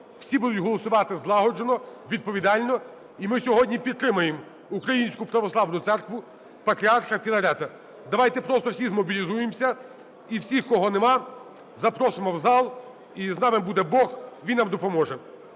всі будуть голосувати злагоджено, відповідально. І ми сьогодні підтримаємо Українську Православну Церкву, Патріарха Філарета. Давайте просто всі змобілізуємося, і всіх, кого нема, запросимо в залі. І з нами буде Бог, він нам допоможе.